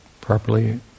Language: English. properly